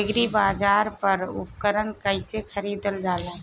एग्रीबाजार पर उपकरण कइसे खरीदल जाला?